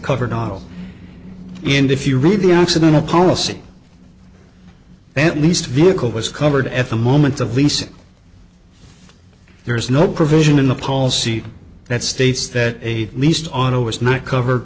cover novel and if you read the accident a policy at least vehicle was covered at the moment of leasing there is no provision in the policy that states that a least on a was not cover